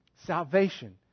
Salvation